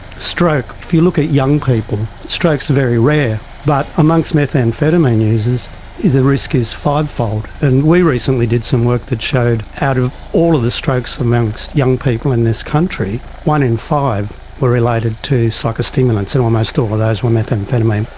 stroke, if you look at young people, strokes are very rare, but amongst methamphetamine users the risk is fivefold. and we recently did some work that showed out of all of the strokes amongst young people in this country, one in five were related to psychostimulants and almost all of those were methamphetamine.